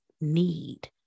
need